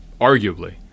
arguably